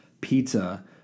pizza